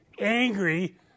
angry